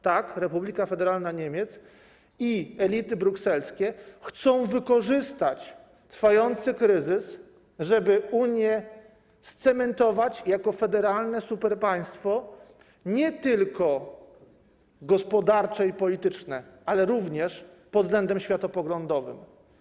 Tak, Republika Federalna Niemiec i elity brukselskie chcą wykorzystać trwający kryzys, żeby Unię scementować jako federalne superpaństwo, nie tylko gospodarczo i politycznie, ale również pod względem światopoglądowym.